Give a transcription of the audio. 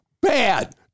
bad